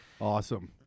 Awesome